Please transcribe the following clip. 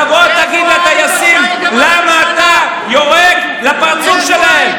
תבוא ותגיד לטייסים למה אתה יורק בפרצוף שלהם.